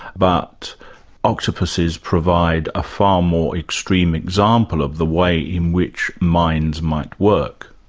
but octopuses provide a far more extreme example of the way in which minds might work.